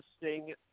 interesting